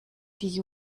die